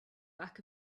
back